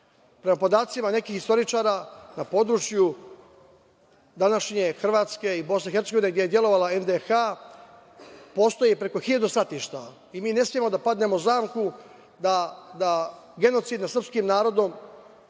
Prema podacima nekih istoričara na području današnje Hrvatske i BiH, gde je delovala NDH, postoji preko hiljadu stratišta. Mi ne smemo da padnemo u zamku da genocid nad sprskim narodom